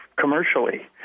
commercially